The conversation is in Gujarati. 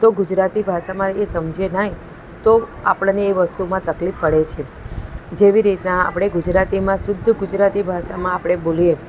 તો ગુજરાતી ભાષામાં એ સમજે નહીં તો આપણને એ વસ્તુમાં તકલીફ પડે છે જેવી રીતના આપણે ગુજરાતીમાં શુદ્ધ ગુજરાતી ભાષામાં આપણે બોલીએ